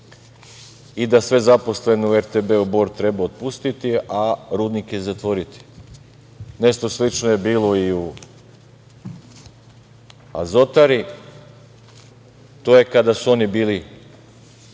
i da sve zaposlene u „RTB Bor“ treba otpustiti, a rudnike zatvoriti. Nešto slično je bilo i u „Azotari“. To je kada su oni bili